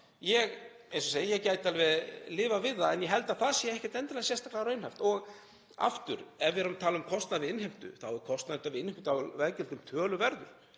og hún var sett fram; ég gæti alveg lifað við það en ég held að það sé ekkert endilega sérstaklega raunhæft. Og aftur, ef við erum að tala um kostnað við innheimtu er kostnaðurinn við innheimtu á veggjöldum töluverður.